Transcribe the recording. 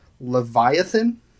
Leviathan